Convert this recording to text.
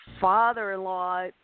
father-in-law